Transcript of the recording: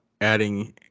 adding